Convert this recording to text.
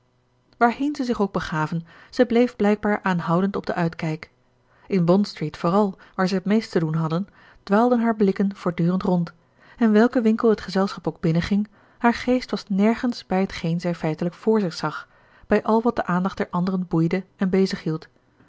waarheen ze zich ook begaven zij bleef blijkbaar aanhoudend op den uitkijk in bondstreet vooral waar zij het meest te doen hadden dwaalden haar blikken voortdurend rond en welken winkel het gezelschap ook binnenging haar geest was nergens bij hetgeen zij feitelijk vr zich zag bij al wat de aandacht der anderen boeide en bezighield